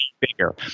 bigger